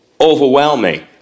overwhelming